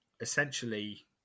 essentially